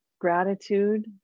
gratitude